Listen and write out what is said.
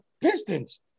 Pistons